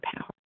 power